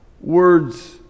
words